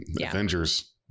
Avengers